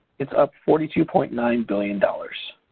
it's up forty two point nine billion dollars.